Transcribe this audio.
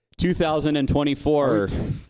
2024